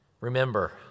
Remember